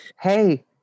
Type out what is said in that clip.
hey